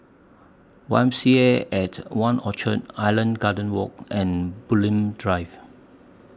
Y M C A At one Orchard Island Gardens Walk and Bulim Drive